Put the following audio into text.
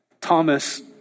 Thomas